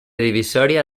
divisòria